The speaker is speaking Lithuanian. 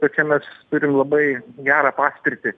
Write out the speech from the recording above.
tai čia mes turim labai gerą paspirtį